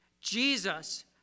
Jesus